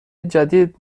جدید